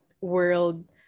world